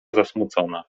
zasmucona